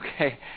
Okay